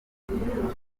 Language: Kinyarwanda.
abi